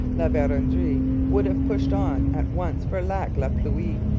la verendrye would have pushed on at once for lac la pluie,